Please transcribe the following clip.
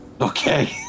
Okay